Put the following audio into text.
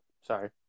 sorry